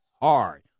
hard